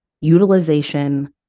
utilization